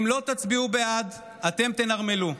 אם לא תצביעו בעד, אתם תנרמלו,